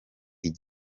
iki